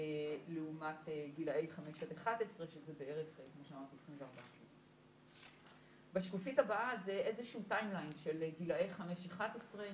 לעומת גילאי 5 עד 11 שזה בערך כמו שאמרתי 24%. בשקופית הבאה זה איזשהו timeline של גילאי 5-11,